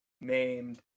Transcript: named